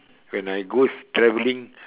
when I goes traveling